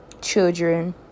Children